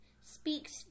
speaks